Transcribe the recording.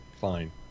Fine